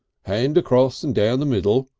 hands across and down the middle.